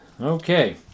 Okay